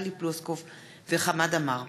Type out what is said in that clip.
טלי פלוסקוב וחמד עמאר,